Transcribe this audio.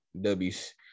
W's